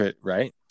right